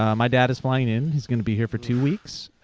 um my dad is flying in. he's gonna be here for two weeks.